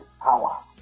power